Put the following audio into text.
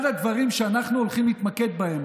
אחד הדברים שאנחנו הולכים להתמקד בהם,